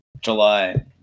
july